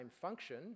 function